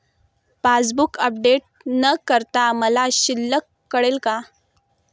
Passbook update न करता मला शिल्लक कळेल का?